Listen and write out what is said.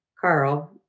Carl